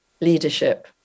leadership